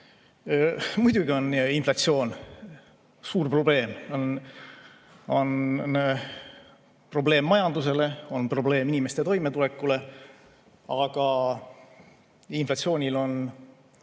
Muidugi on inflatsioon suur probleem on. On probleem majandusele, on probleem inimeste toimetulekule. Aga inflatsioonil on